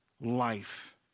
life